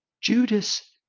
Judas